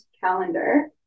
calendar